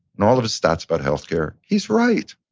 and all of his stats about health care, he's right.